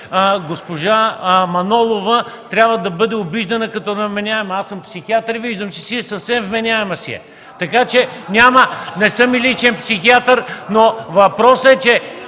госпожа Манолова трябва да бъде обиждана като невменяема – аз съм психиатър и виждам, че си е съвсем вменяема. (Силен шум и реплики.) Не съм й личен психиатър, но въпросът е,